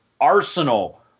Arsenal